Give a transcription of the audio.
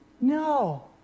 No